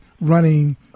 running